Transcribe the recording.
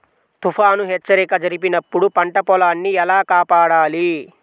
తుఫాను హెచ్చరిక జరిపినప్పుడు పంట పొలాన్ని ఎలా కాపాడాలి?